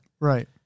Right